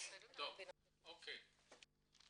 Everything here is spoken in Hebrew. צריך לחייב אותם.